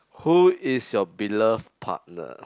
who is your beloved partner